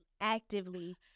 actively